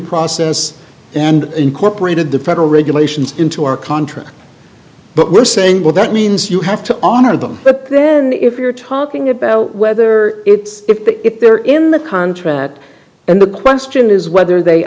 process and incorporated the federal regulations into our contract but we're saying well that means you have to honor them but then if you're talking about whether it's if but if they're in the contract that and the question is whether they